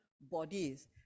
bodies